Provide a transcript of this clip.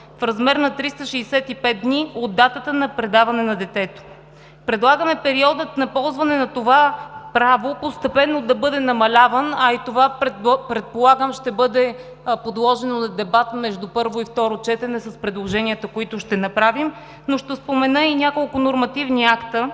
в размер на 365 дни от датата на предаване на детето. Предлагаме периодът на ползване на това право постепенно да бъде намаляван, а и това, предполагам, ще бъде подложено на дебат между първо и второ четене с предложенията, които ще направим. Но ще спомена и няколко нормативни акта.